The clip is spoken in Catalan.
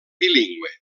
bilingüe